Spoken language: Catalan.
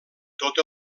tot